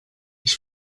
ich